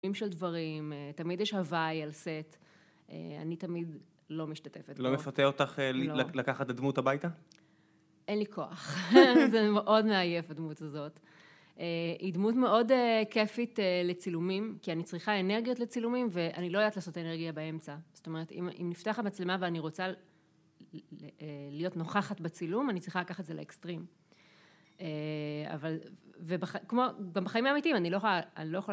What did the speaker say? -של דברים, תמיד יש הוואי על סט, אני תמיד לא משתתפת. -לא מפתה אותך לקחת דמות הביתה? -לא... אין לי כוח, זה מאוד מעייף, הדמות הזאת. היא דמות מאוד כיפית לצילומים, כי אני צריכה אנרגיות לצילומים ואני לא יודעת לעשות אנרגייה באמצע, זאת אומרת, אם, אם נפתח המצלמה ואני רוצה להיות נוכחת בצילום, אני צריכה לקחת את זה לאקסטרים. אבל, בחיים האמיתיים, אני לא יכולה...